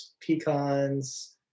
pecans